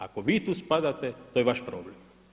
Ako vi tu spadate, to je vaš problem.